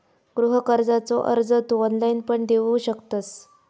गृह कर्जाचो अर्ज तू ऑनलाईण पण देऊ शकतंस